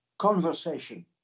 Conversation